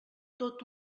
tot